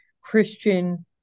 Christian